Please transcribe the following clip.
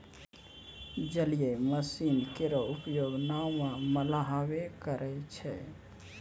जलीय मसीन केरो उपयोग नाव म मल्हबे करै छै?